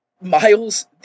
Miles